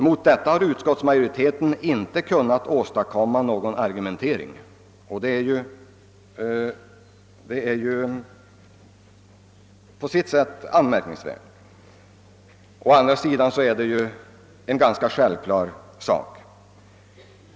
Mot detta har utskottsmajoriteten inte kunnat anföra några argument, vilket på sitt sätt är anmärkningsvärt men å andra sidan ganska självklart.